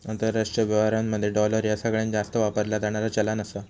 आंतरराष्ट्रीय व्यवहारांमध्ये डॉलर ह्या सगळ्यांत जास्त वापरला जाणारा चलान आहे